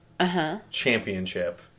championship